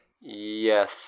Yes